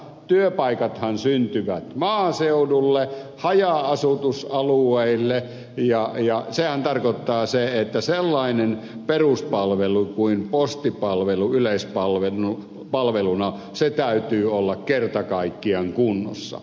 työpaikathan syntyvät maaseudulle haja asutusalueille ja sehän tarkoittaa että sellaisen peruspalvelun kuin postipalvelun yleispalveluna täytyy olla kerta kaikkiaan kunnossa